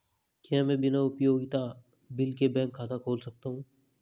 क्या मैं बिना उपयोगिता बिल के बैंक खाता खोल सकता हूँ?